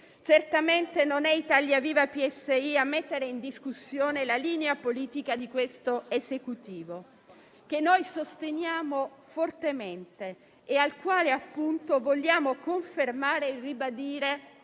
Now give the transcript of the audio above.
certamente non sarà Italia Viva-PSI a mettere in discussione la linea politica dell'Esecutivo, che noi sosteniamo fortemente e al quale vogliamo confermare e ribadire